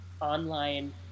online